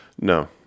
No